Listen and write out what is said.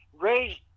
raised